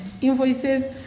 invoices